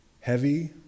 heavy